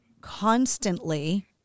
constantly